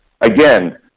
Again